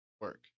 work